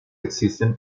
existen